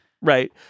Right